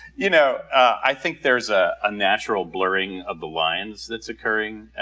you know i think there's a ah natural blurring of the lions that's occurring,